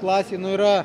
klasėj nu yra